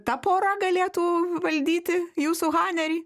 ta pora galėtų valdyti jūsų hanerį